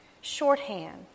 shorthand